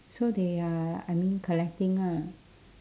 so they are I mean collecting ah